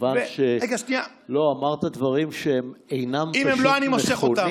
מכיוון שאמרת דברים שאינם נכונים,